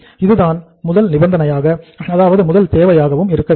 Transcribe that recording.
இதுதான் முதல் முன்நிபந்தனையாக அதாவது முதல் தேவையாக இருக்க வேண்டும்